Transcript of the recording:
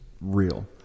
real